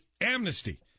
amnesty